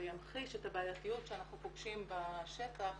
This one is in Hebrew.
ימחיש את הבעייתיות שאנחנו פוגשים בשטח